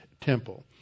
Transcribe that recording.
temple